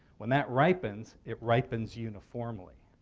when that ripens, it ripens uniformly.